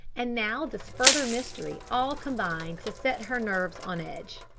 and now this further mystery all combined to set her nerves on edge.